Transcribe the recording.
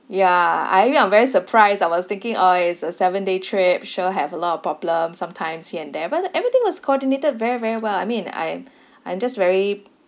ya I agree I'm very surprised I was thinking orh it's a seven day trip sure have a lot of problem sometimes here and there but then everything was coordinated very very well I mean I am I'm just very